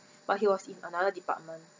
but he was in another department